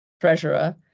treasurer